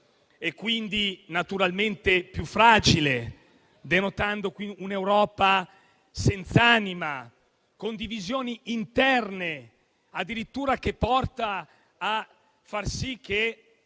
e quindi naturalmente più fragile, denotando un'Europa senza anima, con divisioni interne, che addirittura portano a far sì che